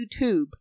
YouTube